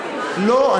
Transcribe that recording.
לא,